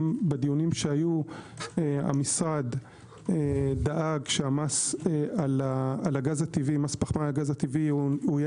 גם בדיונים שהיו המשרד דאג שמס פחמן הגז הטבעי יהיה